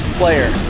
player